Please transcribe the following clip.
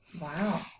Wow